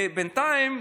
בינתיים,